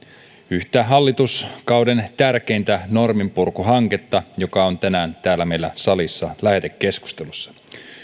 yhtä hallituskauden tärkeintä norminpurkuhanketta joka on tänään täällä meillä salissa lähetekeskustelussa